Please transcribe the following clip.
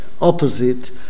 opposite